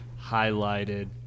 highlighted